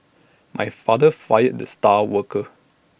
my father fired the star worker